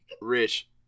Rich